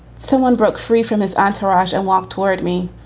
someone broke free from his entourage and walked toward me.